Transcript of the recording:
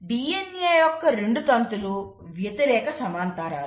DNA యొక్క రెండు తంతులు వ్యతిరేక సమాంతరాలు